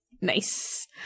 Nice